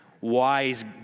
wise